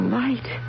light